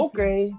Okay